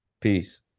peace